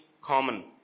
common